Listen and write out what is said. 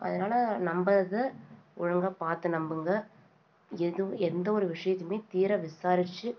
அதனால் நம்புறதை ஒழுங்காக பார்த்து நம்புங்க எதுவும் எந்த ஒரு விஷயத்தையுமே தீர விசாரிச்சு